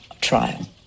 trial